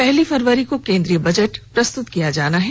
पहली फरवरी को केन्द्रीय बजट प्रस्तुत किया जाएगा